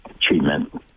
treatment